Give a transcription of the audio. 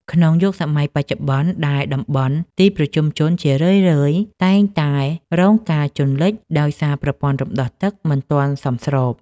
ក្នុងយុគសម័យបច្ចុប្បន្ន ដែលតំបន់ទីប្រជុំជនជារឿយៗតែងតែរងការជន់លិចដោយសារប្រព័ន្ធរំដោះទឹកមិនទាន់សមស្រប។